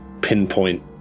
pinpoint